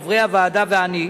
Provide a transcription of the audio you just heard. חברי הוועדה ואני,